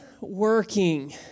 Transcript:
working